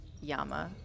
Yama